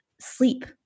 sleep